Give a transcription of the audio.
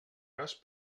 cas